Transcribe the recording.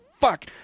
Fuck